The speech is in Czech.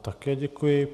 Také děkuji.